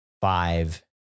five